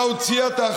די,